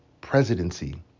presidency